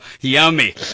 yummy